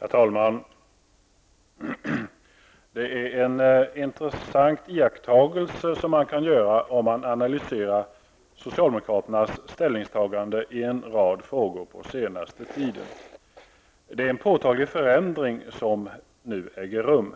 Herr talman! Det är en intressant iakttagelse man kan göra om man analyserar socialdemokraternas ställningstaganden i en rad frågor på den senaste tiden. En påtaglig förändring äger nämligen rum.